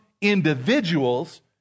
individuals